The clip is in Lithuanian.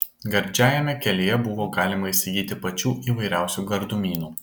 gardžiajame kelyje buvo galima įsigyti pačių įvairiausių gardumynų